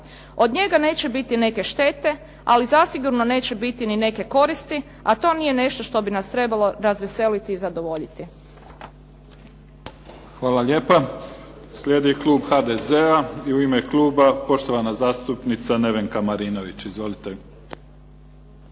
Od njega neće biti neke štete, ali zasigurno neće biti ni neke koristi, a to nije nešto što bi nas trebalo razveseliti i zadovoljiti.